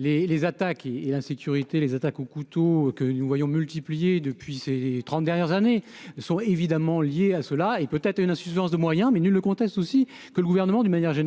les les attaques, il est l'insécurité, les attaques au couteau que nous voyons multiplié depuis ces 30 dernières années sont évidemment liés à cela et peut-être une insuffisance de moyens, mais nul ne conteste aussi que le gouvernement d'une manière générale